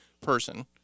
person